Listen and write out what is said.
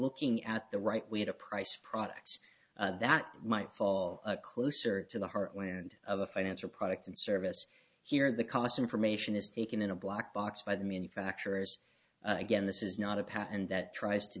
looking at the right way to price products that might fall closer to the heartland of a financial product and service here the cost information is taken in a black box by the manufacturers again this is not a pattern that tries to